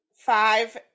Five